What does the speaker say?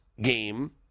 Game